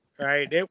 Right